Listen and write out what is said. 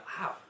Wow